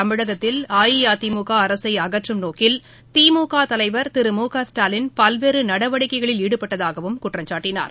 தமிழகத்தில் அஇஅதிமுகஅரசைஅகற்றும் நோக்கில் திமுகதலைவர் திரு மு க ஸ்டாலின் பல்வேறுநடவடிக்கைகளில் ஈடுபட்டதாகவும் குற்றம்சாட்டினார்